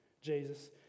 Jesus